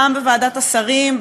גם בוועדת השרים,